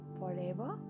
forever